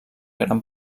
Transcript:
gran